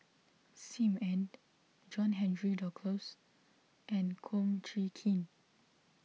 Sim Ann John Henry Duclos and Kum Chee Kin